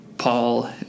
Paul